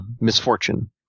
misfortune